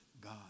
God